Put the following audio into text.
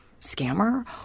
scammer